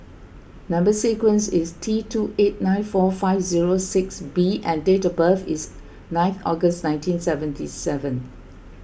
Number Sequence is T two eight nine four five zero six B and date of birth is nineth August nineteen seventy seven